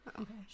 Okay